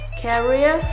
carrier